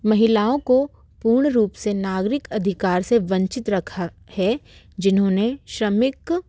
महिलाओं को पूर्णरूप से नागरिक अधिकार से वंचित रखा है जिन्होंने श्रमिक